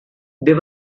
they